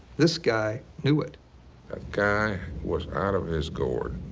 this guy knew it. that guy was out of his gourd.